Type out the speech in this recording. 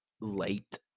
late